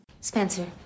Spencer